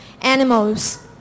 animals